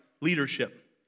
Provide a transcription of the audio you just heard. leadership